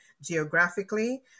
geographically